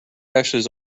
ashes